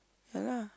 ya lah